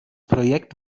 projekt